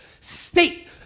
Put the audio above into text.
State